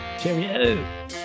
Cheerio